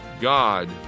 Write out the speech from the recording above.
God